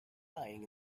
lying